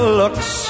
looks